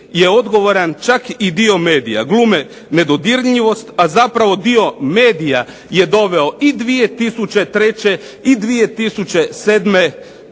je odgovoran je čak i dio medija. Glume nedodirljivost a zapravo dio medija je doveo i 2003. i 2007.